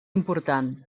important